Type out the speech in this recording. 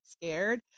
scared